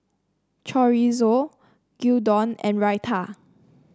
Chorizo Gyudon and Raita